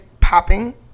popping